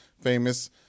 famous